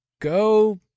go